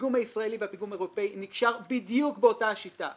הפיגום הישראלי והפיגום האירופי נקשר בדיוק באותה השיטה.